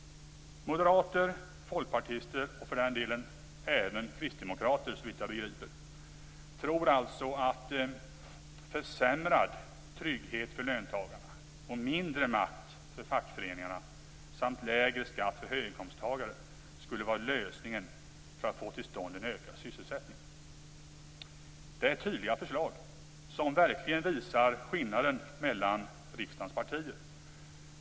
Moderater, folkpartister och för den delen även kristdemokrater såvitt jag begriper tror alltså att försämrad trygghet för löntagarna och mindre makt för fackföreningarna samt lägre skatt för höginkomsttagarna skulle vara lösningen för att få till stånd en ökad sysselsättning. Det är tydliga förslag, som verkligen visar skillnaden mellan riksdagens partier.